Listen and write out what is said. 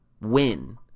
win